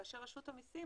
כאשר רשות המיסים,